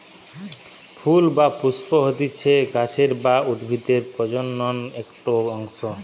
ফুল বা পুস্প হতিছে গাছের বা উদ্ভিদের প্রজনন একটো অংশ